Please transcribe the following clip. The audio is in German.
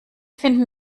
finden